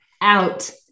out